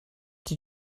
did